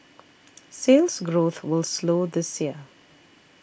Sales Growth will slow this year